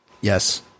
Yes